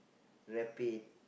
rapid